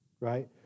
right